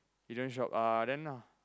you don't shop uh then uh